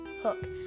hook